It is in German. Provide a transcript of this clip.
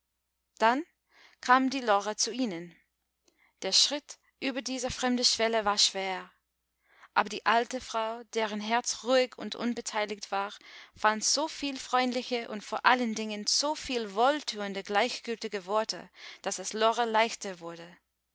dann kam die lore zu ihnen der schritt über diese fremde schwelle war schwer aber die alte frau deren herz ruhig und unbeteiligt war fand so viel freundliche und vor allen dingen so viel wohltuend gleichgültige worte daß es lore leichter wurde